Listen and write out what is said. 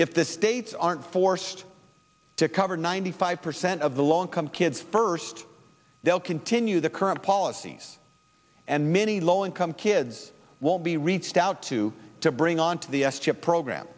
if the states aren't forced to cover ninety five percent of the long come kids first they'll continue the current policies and many low income kids won't be reached out to to bring on to the s chip program